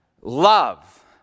love